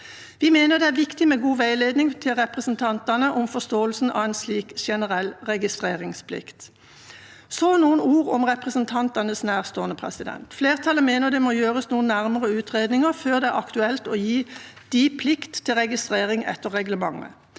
Vi mener det er viktig med god veiledning til representantene om forståelsen av en slik generell registreringsplikt. Så noen ord om representantenes nærstående. Flertallet mener det må gjøres noen nærmere utredninger før det er aktuelt å gi dem plikt til registrering etter reglementet.